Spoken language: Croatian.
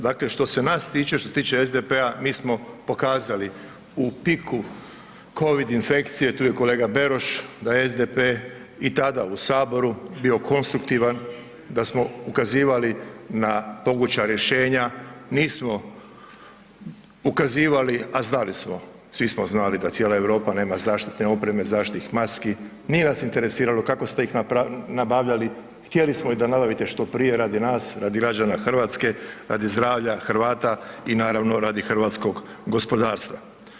Dakle što se nas tiče, što se tiče SDP-a, mi smo pokazali u piku COVID infekcije, tu je kolega Beroš, da je SDP i tada u Saboru bio konstruktivan, da smo ukazivali na moguća rješenja, nismo ukazivali a znali smo, svi smo znali da cijela Europa nema zaštitne opreme, zaštitnih maski, nije nas interesiralo kako ste ih nabavljali, htjeli smo da ih nabavite što prije radi nas, radi građana Hrvatske, radi zdravlja Hrvata i naravno radi hrvatskog gospodarstva.